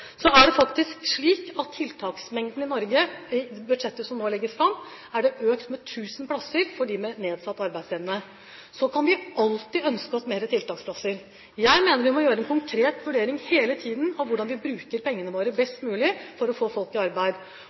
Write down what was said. I det budsjettet som nå legges fram, er tiltaksmengden i Norge økt med 1 000 plasser for dem med nedsatt arbeidsevne. Så kan vi alltid ønske oss flere tiltaksplasser. Jeg mener vi må gjøre en konkret vurdering hele tiden av hvordan vi bruker pengene våre best mulig for å få folk i arbeid.